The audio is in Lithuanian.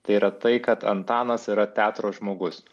tai yra tai kad antanas yra teatro žmogus